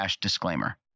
disclaimer